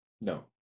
No